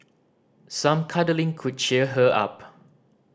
some cuddling could cheer her up